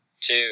Two